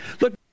look